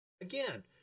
Again